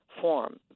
form